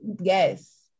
Yes